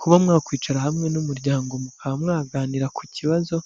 Kuba mwakwicara hamwe n'umuryango mukaba mwaganira ku kibazo